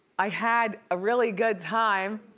i had a really good time.